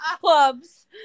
clubs